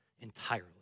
entirely